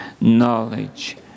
knowledge